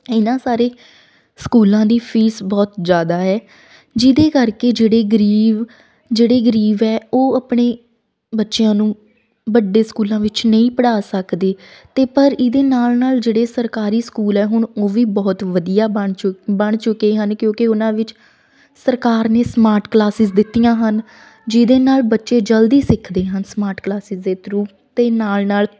ਇਹਨਾਂ ਸਾਰੇ ਸਕੂਲਾਂ ਦੀ ਫੀਸ ਬਹੁਤ ਜ਼ਿਆਦਾ ਏ ਜਿਹਦੇ ਕਰਕੇ ਜਿਹੜੇ ਗਰੀਬ ਜਿਹੜੇ ਗਰੀਬ ਹੈ ਉਹ ਆਪਣੇ ਬੱਚਿਆਂ ਨੂੰ ਵੱਡੇ ਸਕੂਲਾਂ ਵਿੱਚ ਨਹੀਂ ਪੜ੍ਹਾ ਸਕਦੇ ਅਤੇ ਪਰ ਇਹਦੇ ਨਾਲ ਨਾਲ ਜਿਹੜੇ ਸਰਕਾਰੀ ਸਕੂਲ ਹੈ ਹੁਣ ਉਹ ਵੀ ਬਹੁਤ ਵਧੀਆ ਬਣ ਚੁ ਬਣ ਚੁੱਕੇ ਹਨ ਕਿਉਂਕਿ ਉਹਨਾਂ ਵਿੱਚ ਸਰਕਾਰ ਨੇ ਸਮਾਰਟ ਕਲਾਸਿਸ ਦਿੱਤੀਆਂ ਹਨ ਜਿਹਦੇ ਨਾਲ ਬੱਚੇ ਜਲਦੀ ਸਿੱਖਦੇ ਹਨ ਸਮਾਰਟ ਕਲਾਸਿਸ ਦੇ ਥਰੂ ਅਤੇ ਨਾਲ ਨਾਲ